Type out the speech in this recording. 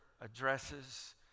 addresses